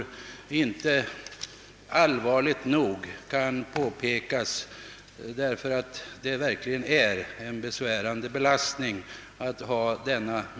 Enligt min mening kan detta inte nog starkt framhållas.